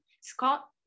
Scott